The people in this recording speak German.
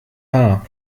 haar